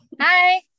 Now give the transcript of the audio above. Hi